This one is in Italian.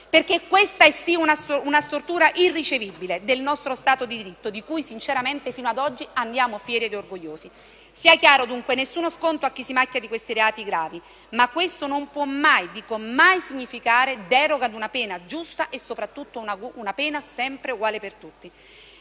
perché questa è una distorsione irricevibile del nostro Stato diritto, di cui sinceramente, fino ad oggi, andiamo fieri ed orgogliosi. Sia chiaro, dunque: nessuno sconto per chi si macchia di questi reati gravi, ma questo non può mai e poi mai significare la deroga ad una pena giusta e soprattutto sempre uguale per tutti.